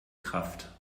kraft